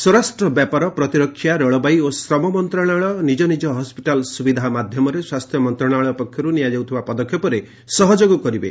ସ୍ୱରାଷ୍ଟ୍ର ବ୍ୟାପାର ପ୍ରତିରକ୍ଷା ରେଳବାଇ ଓ ଶ୍ରମ ମନ୍ତ୍ରଣାଳୟ ନିଜ ନିଜ ହସ୍କିଟାଲ୍ ସୁବିଧା ମାଧ୍ୟମରେ ସ୍ୱାସ୍ଥ୍ୟ ମନ୍ତ୍ରଣାଳୟ ପକ୍ଷରୁ ନିଆଯାଉଥିବା ପଦକ୍ଷେପରେ ସହଯୋଗ କରିବେ